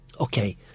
okay